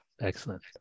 Excellent